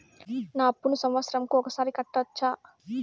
నా అప్పును సంవత్సరంకు ఒకసారి కట్టవచ్చా?